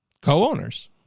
co-owners